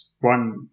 One